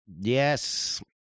Yes